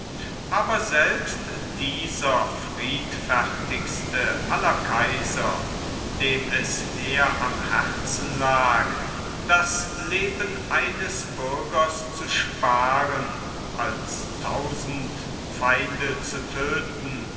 aber selbst dieser friedfertigste aller kaiser dem es mehr am herzen lag das leben eines bürgers zu sparen als tausend feinde zu töten